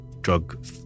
drug